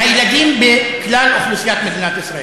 מהילדים בכלל אוכלוסיית מדינת ישראל.